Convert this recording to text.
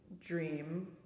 dream